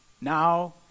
Now